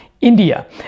India